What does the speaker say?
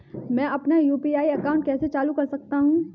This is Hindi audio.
मैं अपना यू.पी.आई अकाउंट कैसे चालू कर सकता हूँ?